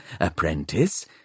Apprentice